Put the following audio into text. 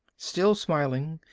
still smiling,